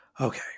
Okay